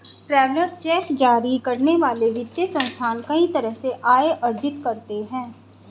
travellers cheque जारी करने वाले वित्तीय संस्थान कई तरह से आय अर्जित करते हैं